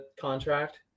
contract